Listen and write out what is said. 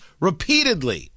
repeatedly